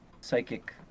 psychic